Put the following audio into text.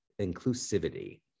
inclusivity